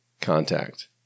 contact